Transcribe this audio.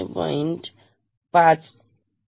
5 hertz